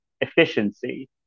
efficiency